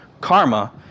Karma